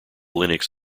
linux